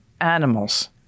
animals